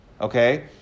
Okay